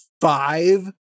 five